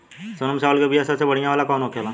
सोनम चावल के बीया सबसे बढ़िया वाला कौन होखेला?